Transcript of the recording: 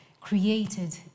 created